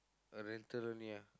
a rental only lah